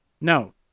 No